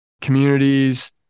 communities